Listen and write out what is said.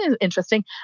interesting